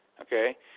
Okay